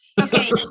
Okay